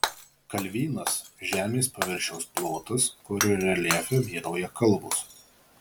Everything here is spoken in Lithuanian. kalvynas žemės paviršiaus plotas kurio reljefe vyrauja kalvos